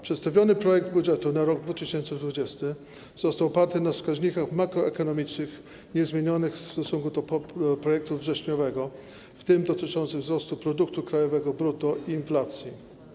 Przedstawiony projekt budżetu na rok 2020 został oparty na wskaźnikach makroekonomicznych niezmienionych w stosunku do projektu wrześniowego, w tym dotyczących wzrostu produktu krajowego brutto i inflacji.